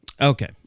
Okay